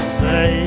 say